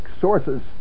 sources